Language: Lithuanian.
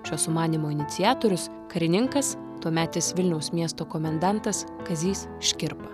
šio sumanymo iniciatorius karininkas tuometis vilniaus miesto komendantas kazys škirpa